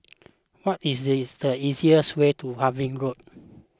what is the easiest way to Harvey Road